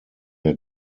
der